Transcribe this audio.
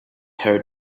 hear